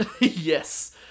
Yes